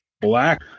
black